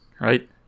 right